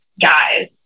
guys